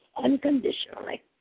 unconditionally